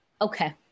Okay